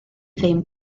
ddim